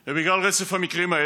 בגלל רצף המקרים האלה,